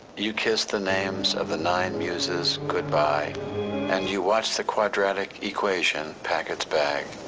you kissed the names of the nine muses good-bye and you watched the quadratic equation pack its bag.